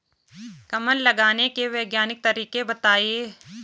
कमल लगाने के वैज्ञानिक तरीके बताएं?